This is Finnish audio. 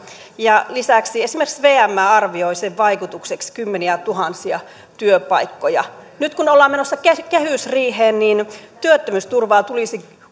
lisäksi esimerkiksi vm arvioi sen vaikutukseksi kymmeniätuhansia työpaikkoja nyt kun ollaan menossa kehysriiheen niin työttömyysturvaa tulisi